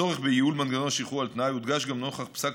הצורך בייעול מנגנון השחרור על תנאי הודגש גם נוכח פסק